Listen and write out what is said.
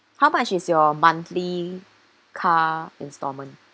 how much is your monthly car installment